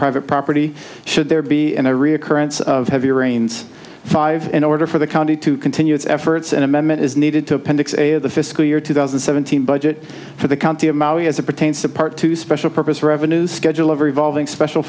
private property should there be any reoccurrence of heavy rains five in order for the county to continue its efforts an amendment is needed to appendix a the fiscal year two thousand and seventeen budget for the county of maui as it pertains to part two special purpose revenues schedule of revolving special